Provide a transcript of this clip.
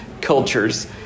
cultures